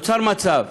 נוצר מצב